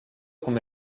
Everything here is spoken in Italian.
come